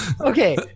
Okay